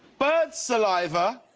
bird salivea